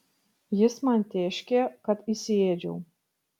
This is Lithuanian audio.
jis man tėškė kad įsiėdžiau